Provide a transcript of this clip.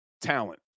talent